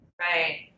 Right